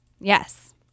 Yes